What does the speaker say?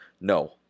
No